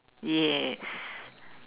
yes